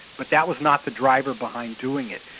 but that was not the driver behind doing it.